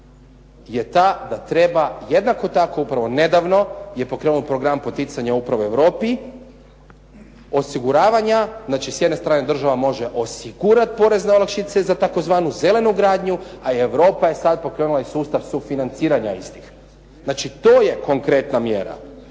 je ta da treba jednako tako, upravo nedavno je pokrenut program poticanja upravo u Europi, osiguravanja, znači s jedne strane država može osigurati porezne olakšice za tzv. zelenu gradnju, a i Europa je sad pokrenula sustav sufinanciranja istih. Znači, to je konkretna mjera.